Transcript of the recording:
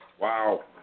Wow